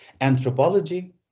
anthropology